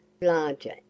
larger